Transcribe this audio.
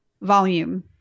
volume